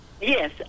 Yes